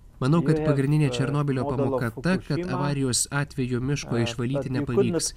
manau kad pagrindinė černobylio pamoka ta kad avarijos atveju miško išvalyti nepavyks